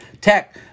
Tech